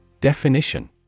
Definition